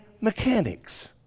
mechanics